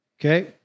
Okay